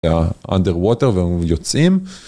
underwater, ויוצאים.